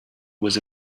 was